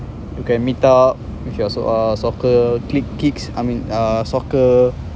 you can meet up with your so~ uh soccer clique cliques I mean uh soccer